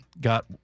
got